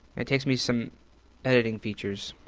it takes me some editing features.